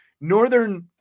Northern